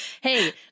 Hey